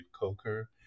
Coker